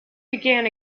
began